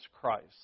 Christ